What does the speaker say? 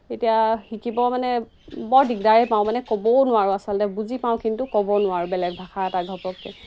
এতিয়া শিকিব মানে বৰ দিগদাৰেই পাওঁ মানে ক'বও নোৱাৰোঁ আচলতে বুজি পাওঁ কিন্তু ক'ব নোৱাৰোঁ বেলেগ ভাষা এটা ঘপককৈ